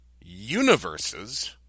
universes